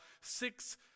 six